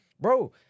Bro